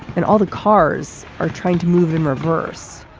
and all the cars are trying to move in reverse.